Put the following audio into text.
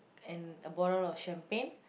and a bottle of champagne